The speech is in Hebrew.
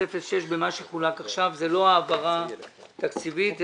חלק מההכנסות בתוך המשק הכספי הסגור